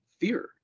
fear